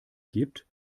gibt